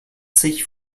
sich